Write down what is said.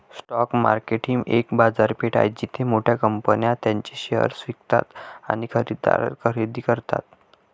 stock market ही एक बाजारपेठ आहे जिथे मोठ्या कंपन्या त्यांचे शेअर्स विकतात आणि खरेदीदार खरेदी करतात